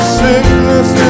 sickness